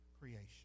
creation